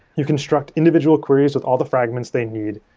you construct individual queries with all the fragments they need.